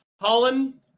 Holland